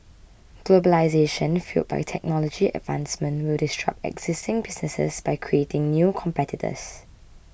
globalisation fuelled by technology advancement will disrupt existing businesses by creating new competitors